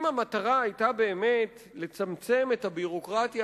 אם המטרה היתה לצמצם את הביורוקרטיה